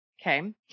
Okay